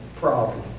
problem